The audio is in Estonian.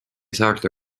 saarte